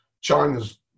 China's